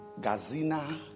gazina